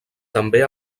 també